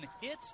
Hit